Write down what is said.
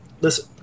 listen